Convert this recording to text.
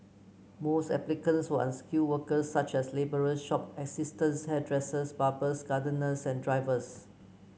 most applicants were unskilled workers such as labourers shop assistants hairdressers barbers gardeners and drivers